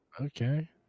Okay